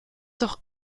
doch